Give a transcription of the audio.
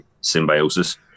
Symbiosis